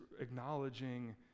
acknowledging